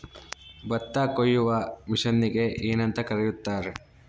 ಭತ್ತ ಕೊಯ್ಯುವ ಮಿಷನ್ನಿಗೆ ಏನಂತ ಕರೆಯುತ್ತಾರೆ?